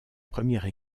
première